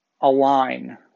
align